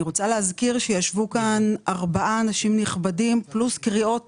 אני רוצה להזכיר שישבו כאן ארבעה אנשים נכבדים פלוס קריאות